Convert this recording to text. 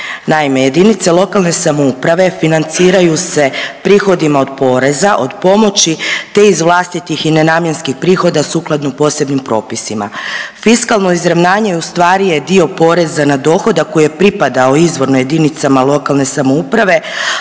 Naime, jedinice lokalne samouprave financiraju se prihodima od poreza, od pomoći te iz vlastitih i nenamjenskih prihoda sukladno posebnim propisima. Fiskalno izravnanje u stvari je dio poreza na dohodak koji je pripadao izvorno jedinicama lokalne samouprave